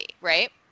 right